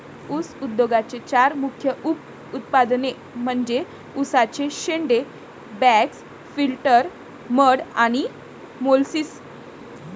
ऊस उद्योगाचे चार मुख्य उप उत्पादने म्हणजे उसाचे शेंडे, बगॅस, फिल्टर मड आणि मोलॅसिस